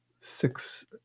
six